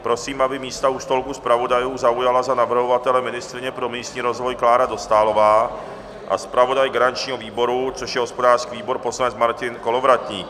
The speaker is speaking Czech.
Prosím, aby místa u stolku zpravodajů zaujala za navrhovatele ministryně pro místní rozvoj Klára Dostálová a zpravodaj garančního výboru, což je hospodářský výbor, poslanec Martin Kolovratník.